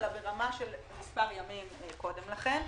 אלא ברמה של מספר ימים קודם לכן.